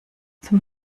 zum